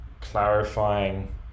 clarifying